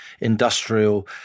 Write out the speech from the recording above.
industrial